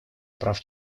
прав